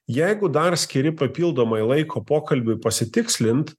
jeigu dar skiri papildomai laiko pokalbiui pasitikslint